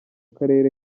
karere